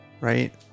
Right